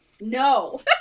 No